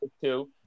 two